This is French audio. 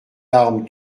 larmes